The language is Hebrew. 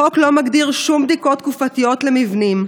החוק לא מגדיר שום בדיקות תקופתיות למבנים.